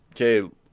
Okay